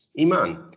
Iman